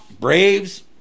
Braves